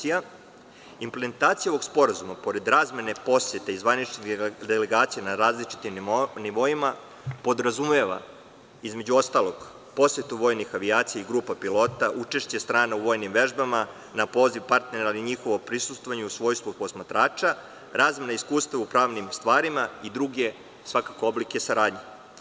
Implementacija ovog sporazuma, pored razmene posete zvaničnih delegacija na različitim nivoima, podrazumeva, između ostalog, posetu vojnih avijacija i grupa pilota, učešće strana u vojnim vežbama na poziv partnera, ali njihovo prisustvovanje u svojstvu posmatrača, razmena iskustva u pravnim stvarima i druge oblike saradnje.